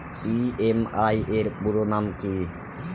EMI এর পুরোনাম কী?